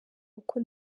uko